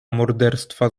morderstwa